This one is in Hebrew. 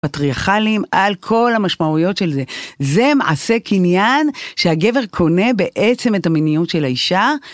פטריארכלים על כל המשמעויות של זה, זה מעשה קניין שהגבר קונה בעצם את המיניות של האישה.